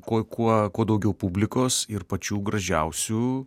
kuo kuo kuo daugiau publikos ir pačių gražiausių